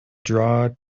draw